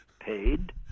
paid